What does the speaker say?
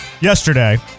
yesterday